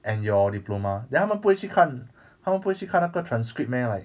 and your diploma then 他们不会去看他们不会去看那个 transcript meh like